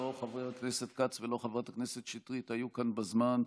לא חבר הכנסת כץ ולא חברת הכנסת שטרית היו כאן בזמן,